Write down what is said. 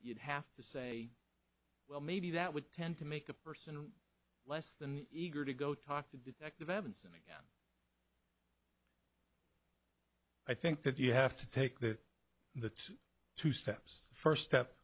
you'd have to say well maybe that would tend to make a person less than eager to go talk to detective evans i think that you have to take the the two steps first step